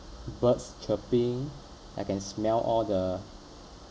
birds chirping I can smell all the